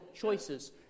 choices